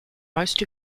most